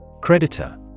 Creditor